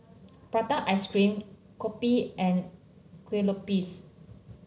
Prata Ice Cream kopi and Kuih Lopes